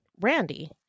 Randy